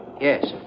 Yes